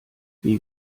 wie